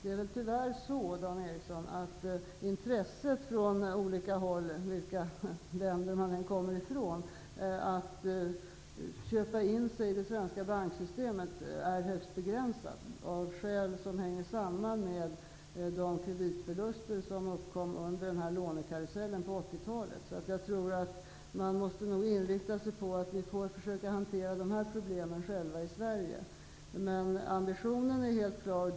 Tyvärr är det väl så, Dan Eriksson, att intresset från olika håll -- vilka länder man än kommer ifrån -- att köpa in sig i det svenska banksystemet är högst begränsat, och det av skäl som hänger samman med de kreditförluster som uppkom under lånekarusellen under 1980 Vi får nog inrikta oss på att hantera dessa problem i Sverige. Ambitionen är emellertid helt klar.